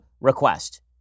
request